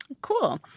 Cool